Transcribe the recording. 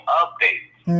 updates